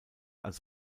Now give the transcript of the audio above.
als